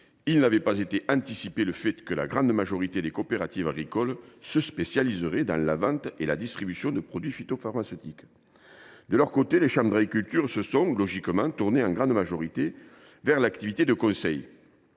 n’avions pas anticipé le fait que la grande majorité des coopératives agricoles se spécialiseraient dans la vente et la distribution de produits phytopharmaceutiques. De leur côté, les chambres d’agriculture se sont logiquement tournées en grande majorité vers l’activité de conseil.